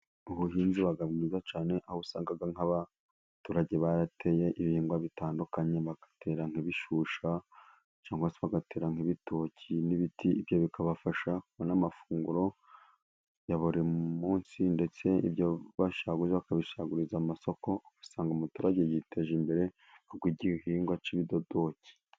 Ubuhinzi buba bwiza cyane, aho usanga nk'abaturage barateye ibihingwa bitandukanye bagatera nk'ibishyushya, cyangwa se bagatera nk'ibitoki n'ibiti, ibyo bikabafasha kubona n'amafunguro ya buri munsi ndetse ibyo basaguye bakabisagurira mu masoko, usanga umuturage yiteje imbere, kubwo igihingwa kibidodoki.